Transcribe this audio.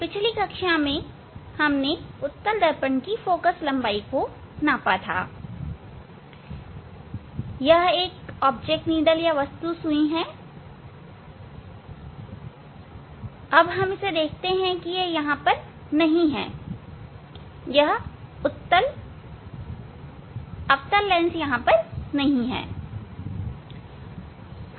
पिछली कक्षा में हमने उत्तल लेंस की फोकल लंबाई को नापा था यह एक वस्तु सुई है फिर हमने पाया यह वहां नहीं है यह उत्तल अवतल लेंस वहां नहीं है